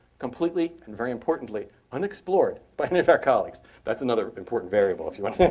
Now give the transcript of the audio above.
completely, and very importantly, unexplored by any of our colleagues. that's another important variable.